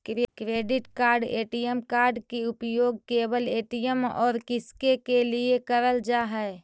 Credit card ATM card के उपयोग केवल ए.टी.एम और किसके के लिए करल जा है?